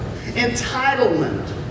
entitlement